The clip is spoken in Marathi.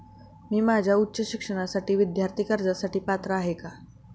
मी माझ्या उच्च शिक्षणासाठी विद्यार्थी कर्जासाठी पात्र आहे का?